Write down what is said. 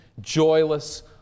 joyless